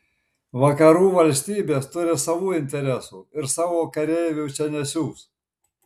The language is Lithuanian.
vakarų valstybės turi savų interesų ir savo kareivių čia nesiųs